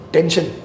Tension